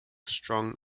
strong